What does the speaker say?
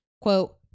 Quote